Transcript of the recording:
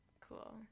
Cool